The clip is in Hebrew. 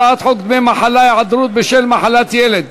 הצעת חוק דמי מחלה (היעדרות בשל מחלת ילד)